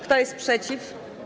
Kto jest przeciw?